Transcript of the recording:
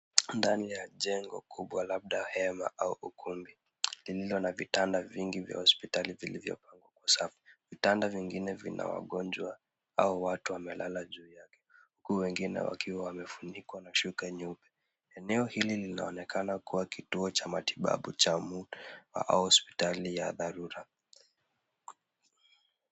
Ndani ya jengo kubwa, labda hema au ukumbi lililo na vitanda vingi vya hospitali vilivyopangwa kwa sawa. Vitanda vingine vina wagonjwa au watu wamelala juu yake, huku wengine wakiwa wamefunikwa na shuka nyeupe. Eneo hili linaonekana kuwa kituo cha hospitali cha muda au hospitali ya dharura.